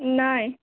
नहि